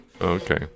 Okay